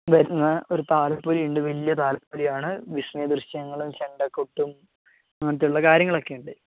അമ്പലത്തിൽനിന്ന് ഒരു താലപ്പൊലിയുണ്ട് വലിയ താലപ്പൊലിയാണ് വിസ്മയ ദൃശ്യങ്ങളും ചെണ്ടക്കൊട്ടും അങ്ങനെത്തെയുള്ള കാര്യങ്ങളൊക്കെയുണ്ട്